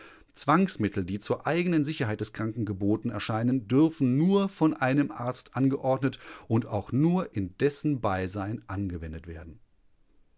zwangsmittel die zur eigenen sicherheit des kranken geboten erscheinen dürfen nur von einem arzt angeordnet und auch nur in dessen beisein angewendet werden